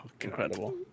incredible